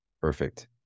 Perfect